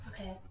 Okay